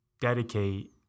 dedicate